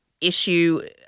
issue